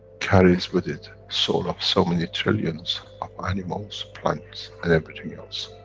carries with it soul of so many trillions of animals, plants, and everything else.